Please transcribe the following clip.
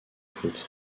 football